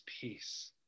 peace